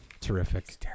terrific